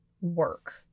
work